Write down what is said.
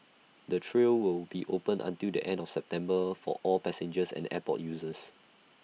the trail will be open until the end of September for all passengers and airport users